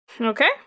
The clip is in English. Okay